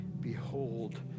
behold